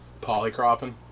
polycropping